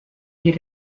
ihr